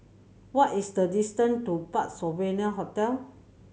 what is the distance to Parc Sovereign Hotel